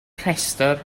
rhestr